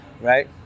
right